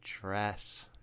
dress